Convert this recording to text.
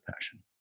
passion